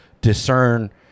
discern